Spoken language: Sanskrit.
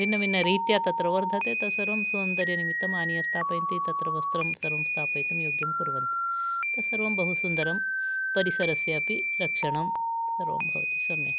भिन्नभिन्नरीत्या तत्र वर्धते तत् सर्वम् सौन्दर्यनिमित्तम् आनीय तत्र वस्त्रं सर्वं स्थापयितुं योग्यं कुर्वन्ति तद् सर्वं बहु सुन्दरं परिसरस्य अपि रक्षणम् सर्वं भवति सम्यक्